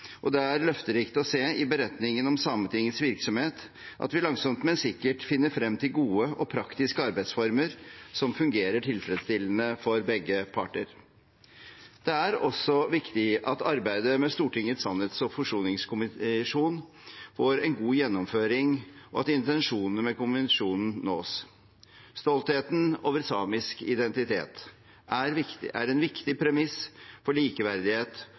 og det er løfterikt å se i beretningen om Sametingets virksomhet at vi langsomt, men sikkert finner frem til gode og praktiske arbeidsformer som fungerer tilfredsstillende for begge parter. Det er også viktig at arbeidet med Stortingets sannhets- og forsoningskommisjon får en god gjennomføring, og at intensjonene med kommisjonen nås. Stoltheten over samisk identitet er en viktig premiss for likeverdighet